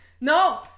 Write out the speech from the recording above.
No